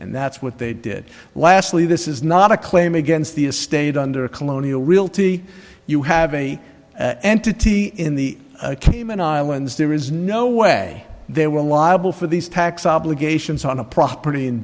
and that's what they did lastly this is not a claim against the a state under colonial realty you have any entity in the cayman islands there is no way they were liable for these tax obligations on a property in